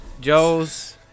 Joe's